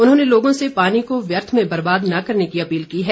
उन्होंने लोगों से पानी को व्यर्थ में बर्बाद न करने की अपील की है